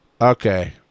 Okay